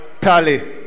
tally